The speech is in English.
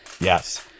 Yes